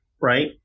right